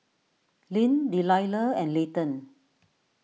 Lyn Delila and Layton